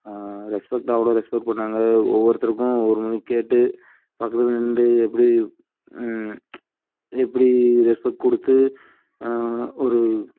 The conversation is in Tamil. ரெஸ்பெக்ட் அவ்வளோ ரெஸ்பெக்ட் கொடுத்தாங்க ஒவ்வொருத்தருக்கும் ஒன்று ஒன்று கேட்டு பக்கத்தில் நின்று எப்படி எப்படி ரெஸ்பெக்ட் கொடுத்து ஒரு